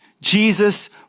Jesus